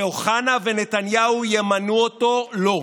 שאוחנה ונתניהו ימנו אותו, לא.